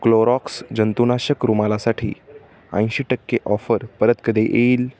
Clorox जंतुनाशक रुमालासाठी ऐंशी टक्के ऑफर परत कधी येईल